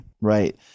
Right